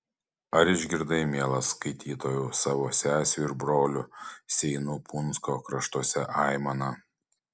ar išgirdai mielas skaitytojau savo sesių ir brolių seinų punsko kraštuose aimaną